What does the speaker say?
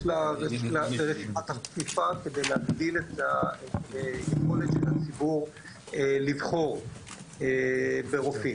לרשימת החפיפה כדי להגדיל את היכולת של הציבור לבחור ברופאים.